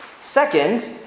Second